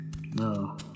No